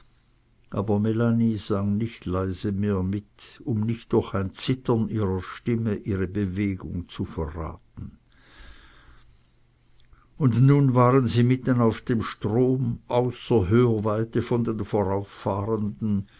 aber melanie sang nicht leise mehr mit um nicht durch ein zittern ihrer stimme ihre bewegung zu verraten und nun waren sie mitten auf dem strom außer hörweite von den